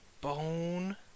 bone